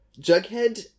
Jughead